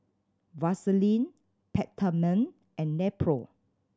Vaselin Peptamen and Nepro